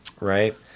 right